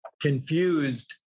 confused